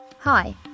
Hi